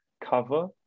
cover